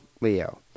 Leo